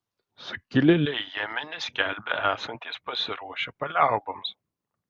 sukilėliai jemene skelbia esantys pasiruošę paliauboms